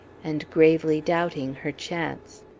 and gravely doubting her chance.